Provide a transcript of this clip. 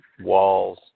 walls